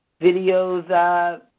videos